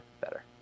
better